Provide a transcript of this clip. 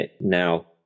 Now